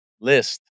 list